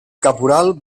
caporal